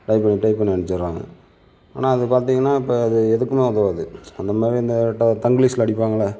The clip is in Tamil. டைப் பண்ணி டைப் பண்ணி அமுச்சிடுறாங்க ஆனால் அது பார்த்தீங்கனா இப்போ அது எதுக்குமே உதவாது அந்தமாதிரி இருந்தால் வந்து தங்லீஷ்ல அடிப்பாங்கள